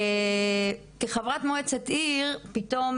כחברת מועצת עיר, פתאום